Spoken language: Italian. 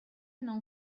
non